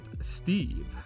Steve